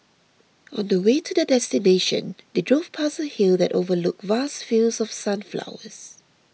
on the way to their destination they drove past a hill that overlooked vast fields of sunflowers